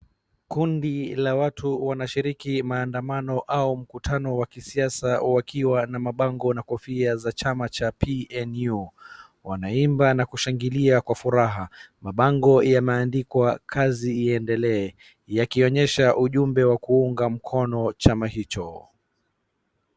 Kundi la watu wanashiriki maandamano au mkutano wa kisiasa wakiwa na mabango na kofia za chama cha PNU. Wanaimba na kushangilia kwa furaha. Mabango yameandikwa kazi iendelee yakionyesha ujumbe wa kuunga mkono chama hicho.